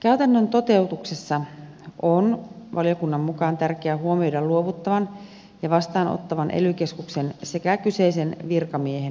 käytännön toteutuksessa on valiokunnan mukaan tärkeä huomioida luovuttavan ja vastaanottavan ely keskuksen sekä kyseisen virkamiehen näkökannat